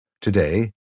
Today